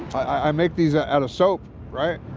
i, i make these ah out of soap, right?